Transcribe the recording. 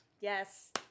Yes